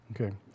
Okay